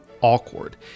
awkward